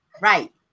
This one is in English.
right